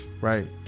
right